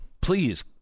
Please